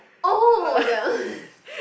oh the